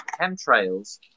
chemtrails